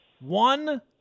One